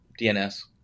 DNS